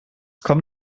komm